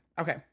Okay